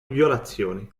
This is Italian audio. violazioni